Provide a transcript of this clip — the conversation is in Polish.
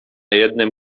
jednym